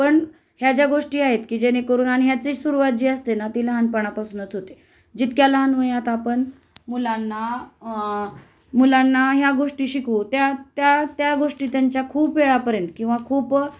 पण ह्या ज्या गोष्टी आहेत की जेणेकरून आणि ह्याची सुरुवात जी असते ना ती लहानपणापासूनच होते जितक्या लहान वयात आपण मुलांना मुलांना ह्या गोष्टी शिकवू त्या त्या त्या गोष्टी त्यांच्या खूप वेळापर्यंत किंवा खूप